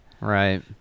Right